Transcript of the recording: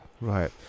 Right